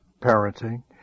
parenting